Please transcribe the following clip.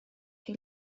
till